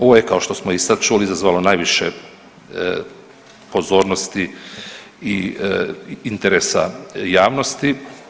Ovo je kao što i sad čuli izazvalo najviše pozornosti i interesa javnosti.